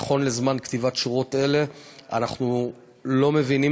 נכון לזמן כתיבת שורות אלה אנחנו לא מבינים